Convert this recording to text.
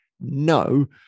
no